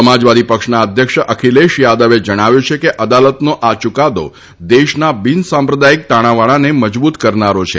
સમાજવાદી પક્ષના અધ્યક્ષ અખિલેશ યાદવે જણાવ્યું છે કે અદાલતનો આ ચૂકાદો દેશના બિનસંપ્રાદાયિક તાણાવાણાને મજબૂત કરનારો છે